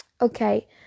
okay